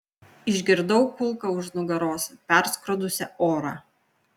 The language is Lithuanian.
išgirdau kulką už nugaros perskrodusią orą